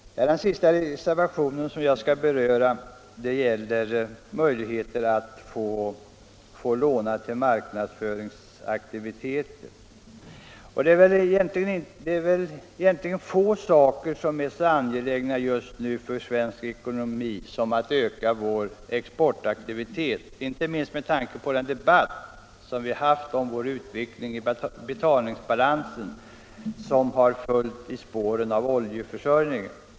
Den sista reservationen jag skall beröra gäller möjligheter att få låna till marknadsföringsaktiviteter. Det är väl egentligen få saker som är så angelägna just nu för svensk ekonomi som att öka vår exportaktivitet, inte minst med tanke på den debatt vi haft om utvecklingen av vår betalningsbalans, vilken följt i spåren av oljeförsörjningen.